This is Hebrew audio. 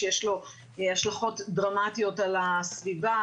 שיש לו השלכות דרמטיות על הסביבה,